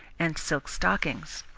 and silk stockings.